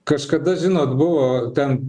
kažkada žinot buvo ten